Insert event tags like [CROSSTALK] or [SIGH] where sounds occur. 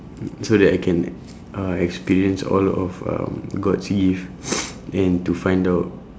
so that I can uh experience all of um god's gift [NOISE] and to find out